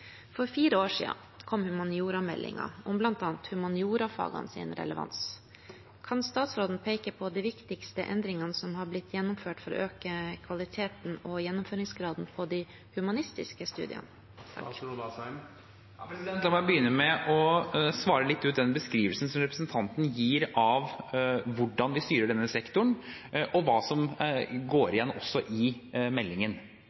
For fire år siden kom humaniorameldingen, om bl.a. humaniorafagenes relevans. Kan statsråden peke på de viktigste endringene som er blitt gjennomført for å øke kvaliteten og gjennomføringsgraden på de humanistiske studiene? La meg begynne med å svare litt ut den beskrivelsen representanten gir av hvordan vi styrer denne sektoren, og også hva som går igjen i meldingen.